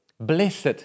blessed